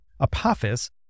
Apophis